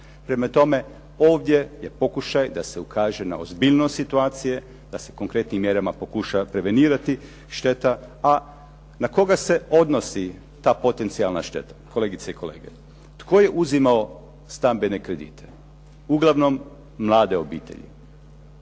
Prema tome, ovdje je pokušaj da se ukaže na ozbiljnost situacije, da se konkretnim mjerama pokuša prevenirati šteta. A na koga se odnosi ta potencijalna šteta kolegice i kolege? Tko je uzimao stambene kredite? Uglavnom mlade obitelji.